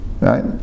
Right